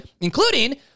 including